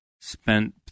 Spent